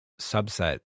subset